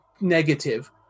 negative